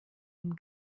dem